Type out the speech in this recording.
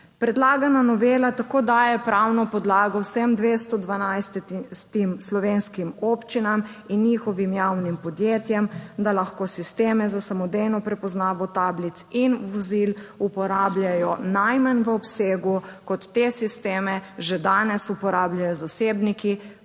Predlagana novela tako daje pravno podlago vsem 212 slovenskim občinam in njihovim javnim podjetjem, da lahko sisteme za samodejno prepoznavo tablic in vozil uporabljajo najmanj v obsegu, kot te sisteme že danes uporabljajo zasebniki